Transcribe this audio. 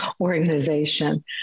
organization